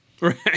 right